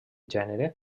gènere